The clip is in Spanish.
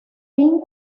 fin